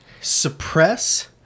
suppress